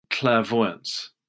clairvoyance